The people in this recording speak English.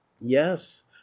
yes